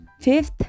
fifth